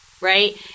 right